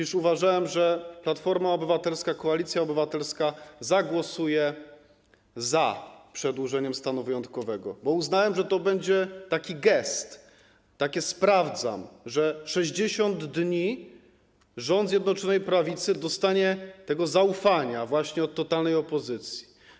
Uważałem, że Platforma Obywatelska, Koalicja Obywatelska zagłosuje za przedłużeniem stanu wyjątkowego, bo uznałem, że to będzie taki gest, takie: sprawdzam, że 60 dni rząd Zjednoczonej Prawicy dostanie tego zaufania właśnie od totalnej opozycji.